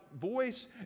voice